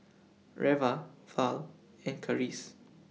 Reva Val and Charisse